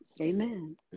Amen